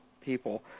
people